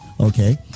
Okay